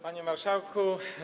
Panie Marszałku!